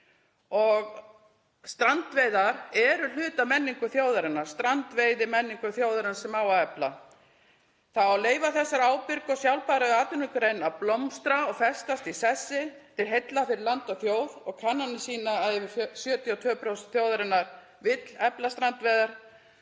Strandveiðar eru hluti af menningu þjóðarinnar, strandveiðimenningu þjóðarinnar sem á að efla. Það á að leyfa þessari ábyrgu og sjálfbæru atvinnugrein að blómstra og festast í sessi til heilla fyrir land og þjóð og kannanir sýna að yfir 72% þjóðarinnar vilja efla strandveiðar.